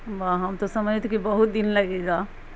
واہ ہم تو سمجھے تھے کہ بہت دن لگے گا